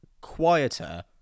quieter